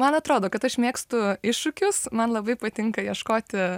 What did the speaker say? man atrodo kad aš mėgstu iššūkius man labai patinka ieškoti